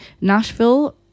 Nashville